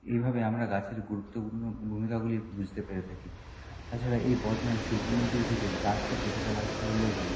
এভাবে আমরা গাছের গুরুত্বপূর্ণ ভূমিকাগুলি বুঝতে পেরে থাকি তাছাড়া এই বর্তমান শিল্পোন্নতির যুগে গাছ তো কেটে ফেলা হচ্ছে বললেই চলে